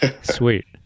Sweet